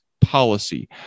policy